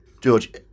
George